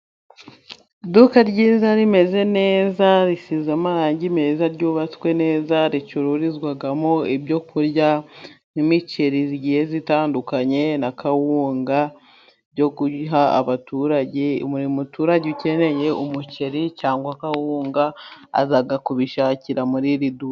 Iduka ryiza rimeze neza, risize amarangi meza, ryubatswe neza, ricururizwamo ibyo kurya. Imiceri igiye zitandukanye na kawunga byo guha abaturage, buri muturage ukeneye umuceri cyangwa kawunga, aza kubishakira muri iri duka.